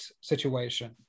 situation